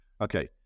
Okay